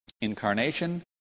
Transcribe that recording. Incarnation